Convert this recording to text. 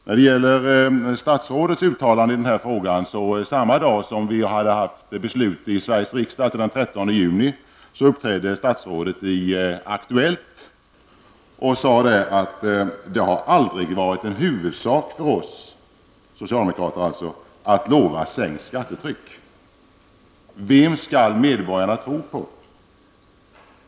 Samma dag, den 13 juni, som riksdagen hade fattat beslutet om skatterna uppträdde statsrådet i Aktuellt och sade att det aldrig har varit en huvudsak för socialdemokraterna att lova att sänka skattetrycket. Vem skall medborgarna tro på?